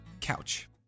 Couch